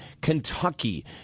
Kentucky